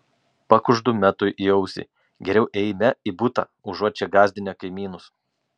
pakuždu metui į ausį geriau eime į butą užuot čia gąsdinę kaimynus